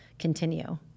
continue